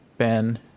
Ben